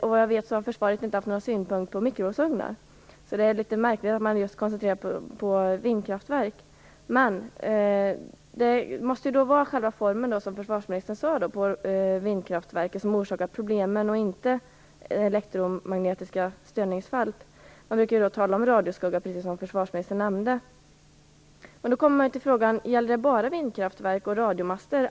Såvitt jag vet har försvaret inte haft några synpunkter på mikrovågsugnar. Så det är litet märkligt att man koncentrerar sig på just vindkraftverk. Det måste vara formen på vindkraftverken som orsakar problemen och inte elektromagnetiska störningsfält, enligt vad försvarsministern sade. Man brukar ju tala om radioskugga. Men det leder då fram till frågan om detta gäller bara vindkraftverk och radiomaster.